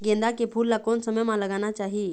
गेंदा के फूल ला कोन समय मा लगाना चाही?